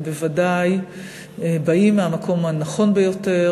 והם בוודאי באים מהמקום הנכון ביותר,